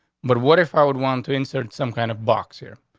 but what if i would want to insert some kind of box here?